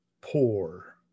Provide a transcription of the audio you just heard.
poor